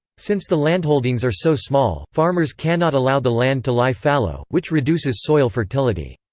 since the landholdings are so small, farmers cannot allow the land to lie fallow, which reduces soil fertility.